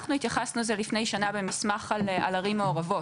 אנחנו התייחסנו על זה לפני שנה במסמך על ערים מעורבות,